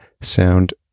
sound